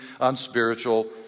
unspiritual